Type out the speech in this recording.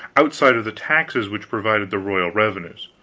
outside of the taxes which provided the royal revenues.